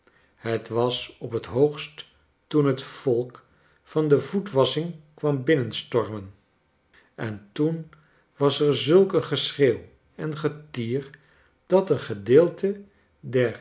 het was op het hoogst toen het volk van de voetwassching kwam binnenstormen en toen was er zulk een geschreeuw en getier dat een gedeelte der